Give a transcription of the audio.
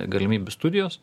galimybių studijos